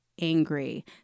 angry